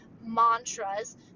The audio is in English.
mantras